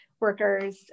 workers